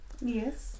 Yes